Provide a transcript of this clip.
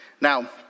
Now